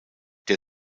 der